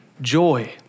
joy